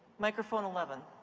microphone eleven.